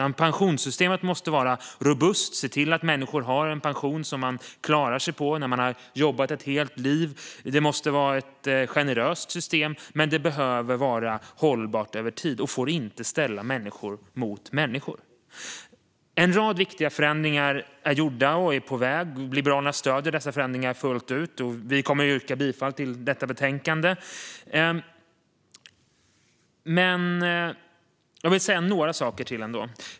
Pensionssystemet måste vara robust och se till att människor har en pension som de klarar sig på efter att ha jobbat ett helt liv. Det måste vara generöst, men det behöver vara hållbart över tid och får inte ställa människor mot människor. En rad viktiga förändringar är gjorda och är på väg. Liberalerna stöder dessa förändringar fullt ut och kommer att yrka bifall till utskottets förslag i detta betänkande. Men jag vill ändå säga några saker till.